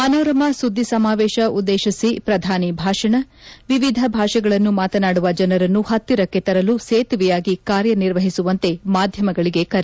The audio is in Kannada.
ಮನೋರಮಾ ಸುದ್ದಿ ಸಮಾವೇಶ ಉದ್ದೇಶಿಸಿ ಪ್ರಧಾನಿ ಭಾಷಣ ವಿವಿಧ ಭಾಷೆಗಳನ್ನು ಮಾತನಾಡುವ ಜನರನ್ನು ಹತ್ತಿರಕ್ಕೆ ತರಲು ಸೇತುವೆಯಾಗಿ ಕಾರ್ಯನಿರ್ವಹಿಸುವಂತೆ ಮಾಧ್ಯಮಗಳಿಗೆ ಕರೆ